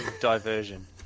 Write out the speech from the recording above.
diversion